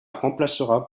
remplacera